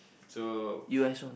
so